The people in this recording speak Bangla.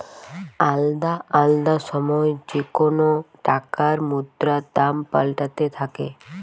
আলদা আলদা সময় যেকোন টাকার মুদ্রার দাম পাল্টাতে থাকে